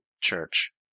church